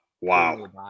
Wow